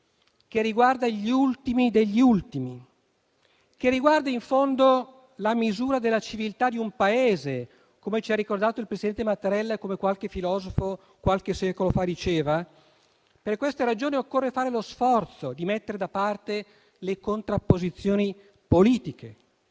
che riguarda gli ultimi degli ultimi, che riguarda in fondo la misura della civiltà di un Paese (come ci ha ricordato il presidente Mattarella e come un filosofo qualche secolo fa diceva), occorra fare lo sforzo di mettere da parte le contrapposizioni politiche